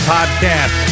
Podcast